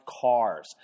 cars